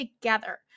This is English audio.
together